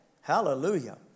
Hallelujah